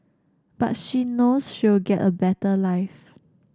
but she knows she'll get a better life